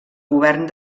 govern